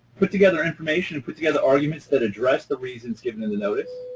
put together information and put together arguments that address the reasons given in the notice.